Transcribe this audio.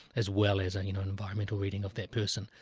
as well as and you know an environmental reading of that person,